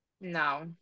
No